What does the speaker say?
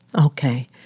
Okay